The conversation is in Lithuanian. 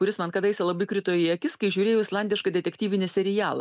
kuris man kadaise labai krito į akis kai žiūrėjau islandišką detektyvinį serialą